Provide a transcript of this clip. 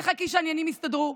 תחכי שהעניינים יסתדרו.